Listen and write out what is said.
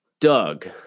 Doug